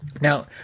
Now